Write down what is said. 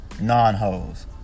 non-hoes